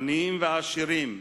עניים ועשירים,